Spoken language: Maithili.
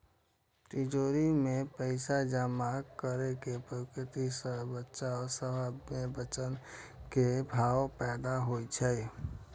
तिजौरी मे पैसा जमा करै के प्रवृत्ति सं बच्चा सभ मे बचत केर भावना पैदा होइ छै